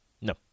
No